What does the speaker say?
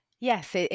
Yes